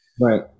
right